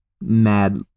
mad